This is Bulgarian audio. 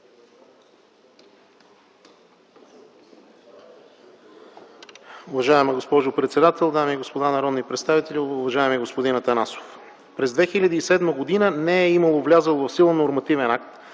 Уважаема госпожо председател, дами и господа народни представители, уважаеми господин Атанасов! През 2007 г. не е имало влязъл в сила нормативен акт,